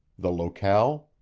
the locale,